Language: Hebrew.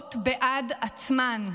שמדברות בעד עצמן.